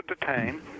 detain